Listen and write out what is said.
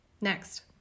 next